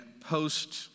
post